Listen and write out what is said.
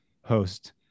host